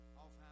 off